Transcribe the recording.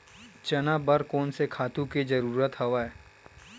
चना बर कोन से खातु के जरूरत हवय?